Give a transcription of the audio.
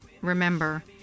remember